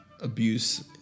abuse